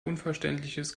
unverständliches